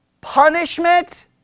punishment